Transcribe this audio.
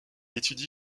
étudie